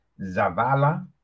Zavala